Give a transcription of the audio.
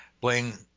playing